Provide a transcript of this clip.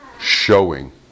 showing